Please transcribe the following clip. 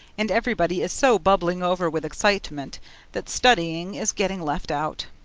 and everybody is so bubbling over with excitement that studying is getting left out.